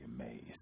amazed